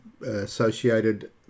associated